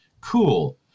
cool